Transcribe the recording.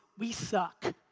we suck.